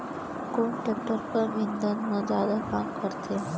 कोन टेकटर कम ईंधन मा जादा काम करथे?